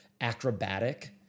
acrobatic